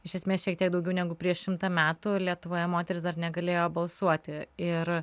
iš esmės šiek tiek daugiau negu prieš šimtą metų lietuvoje moterys dar negalėjo balsuoti ir